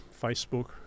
Facebook